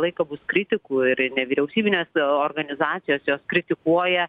laiką bus kritikų ir nevyriausybinės organizacijos jos kritikuoja